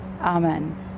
amen